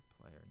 player